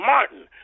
Martin